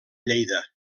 lleida